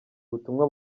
ubutumwa